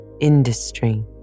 industry